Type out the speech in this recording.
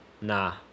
Nah